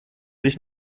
sich